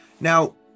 Now